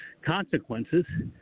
consequences